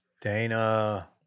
Dana